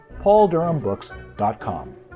pauldurhambooks.com